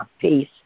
Peace